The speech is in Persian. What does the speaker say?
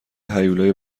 هیولای